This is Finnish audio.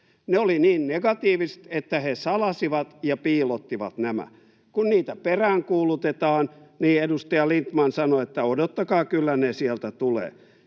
Ne olivat niin negatiiviset, että he salasivat ja piilottivat nämä. Kun niitä peräänkuulutetaan, niin edustaja Lindtman sanoo, että odottakaa, kyllä ne sieltä tulevat.